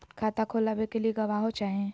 खाता खोलाबे के लिए गवाहों चाही?